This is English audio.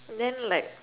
then like